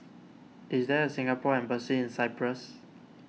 is there a Singapore Embassy in Cyprus